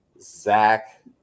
Zach